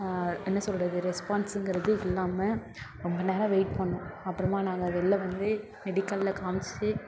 என்ன சொல்கிறது ரெஸ்பான்ஸுங்கிறதே இல்லாமல் ரொம்ப நேரம் வெயிட் பண்ணோம் அப்புறமா நாங்கள் வெளில வந்து மெடிக்கலில் காம்மிச்சி